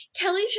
Kelly